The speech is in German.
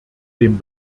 dem